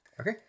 Okay